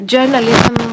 Journalism